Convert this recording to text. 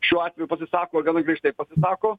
šiuo atveju pasisako gana griežtai pasisako